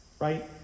Right